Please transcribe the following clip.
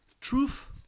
Truth